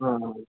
हँ हँ दै छै